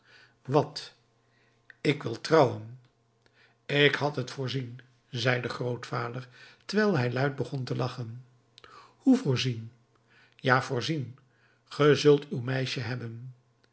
wat ik wil trouwen ik had het voorzien zei de grootvader terwijl hij luid begon te lachen hoe voorzien ja voorzien ge zult uw meisje hebben